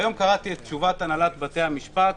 היום קראתי את תשובת הנהלת בתי המשפט.